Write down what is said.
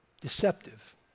deceptive